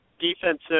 defensive